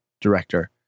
director